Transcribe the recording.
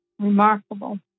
remarkable